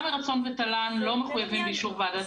מרצון ותל"ן לא מחויבים באישור ועדת